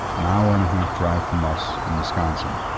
an hour and a half drive from us in wisconsin.